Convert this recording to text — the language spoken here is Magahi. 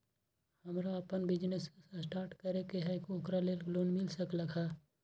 हमरा अपन बिजनेस स्टार्ट करे के है ओकरा लेल लोन मिल सकलक ह?